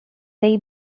they